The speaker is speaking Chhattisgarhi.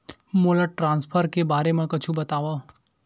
मोला ट्रान्सफर के बारे मा कुछु बतावव?